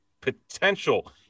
potential